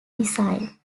design